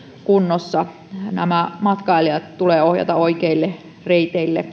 kunnossa matkailijat tulee ohjata oikeille reiteille